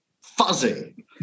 fuzzy